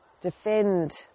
defend